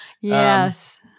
Yes